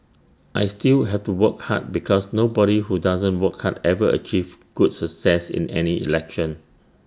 I still have to work hard because nobody who doesn't work hard ever achieves good success in any election